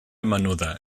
menuda